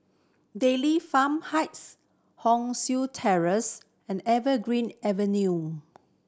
Dairy Farm Heights Hong San Terrace and Evergreen Avenue